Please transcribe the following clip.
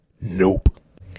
nope